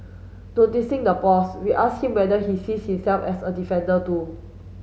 noticing the pause we asked him whether he sees himself as a defender too